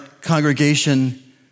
congregation